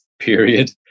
period